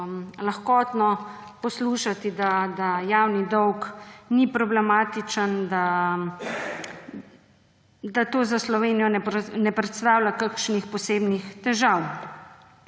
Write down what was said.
lahkotno poslušati, da javni dolg ni problematičen, da to za Slovenijo ne predstavlja kakšnih posebnih težav.